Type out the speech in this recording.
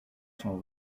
son